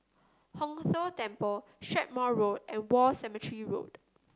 Hong Tho Temple Strathmore Road and War Cemetery Road